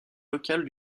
locale